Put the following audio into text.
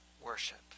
worship